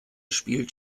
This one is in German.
spielt